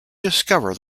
discover